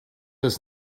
das